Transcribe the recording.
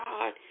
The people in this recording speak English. God